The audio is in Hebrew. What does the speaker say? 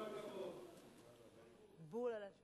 אני קובעת שהצעת חוק להרחבת הייצוג ההולם